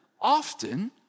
often